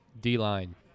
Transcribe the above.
D-line